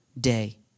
day